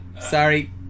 Sorry